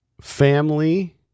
family